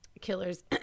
killers